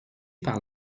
par